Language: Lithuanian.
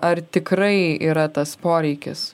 ar tikrai yra tas poreikis